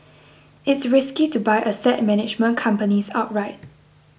it's risky to buy asset management companies outright